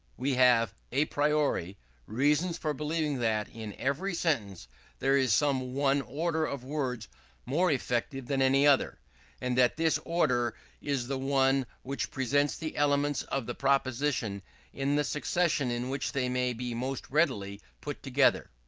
we have a priori reasons for believing that in every sentence there is some one order of words more effective than any other and that this order is the one which presents the elements of the proposition in the succession in which they may be most readily put together.